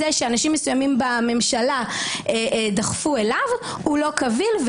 שאנשים מסוימים בממשלה דחפו אליו לא קביל,